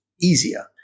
easier